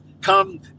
Come